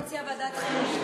אני מציעה ועדת חינוך.